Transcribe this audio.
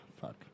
fuck